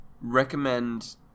Recommend